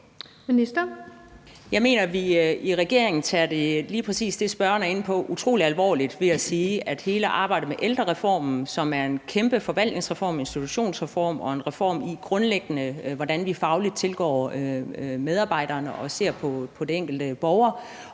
Jeg mener, at vi i regeringen tager lige præcis det, spørgeren er inde på, utrolig alvorligt ved at sige, at hele arbejdet med ældrereformen, som er en kæmpe forvaltningsreform og institutionsreform, er en reform af, hvordan vi grundlæggende fagligt tilgår medarbejderne og ser på den enkelte borger.